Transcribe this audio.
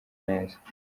neza